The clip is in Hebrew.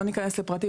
לא ניכנס לפרטים,